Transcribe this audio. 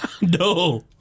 No